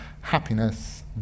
happiness